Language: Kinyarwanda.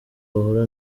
bahura